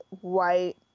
white